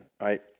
right